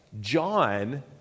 John